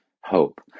hope